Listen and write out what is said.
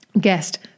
Guest